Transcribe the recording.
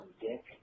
dick